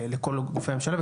לכל גופי הממשלה,